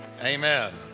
amen